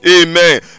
Amen